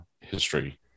history